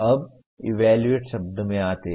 अब इवैल्यूएट शब्द में आते हैं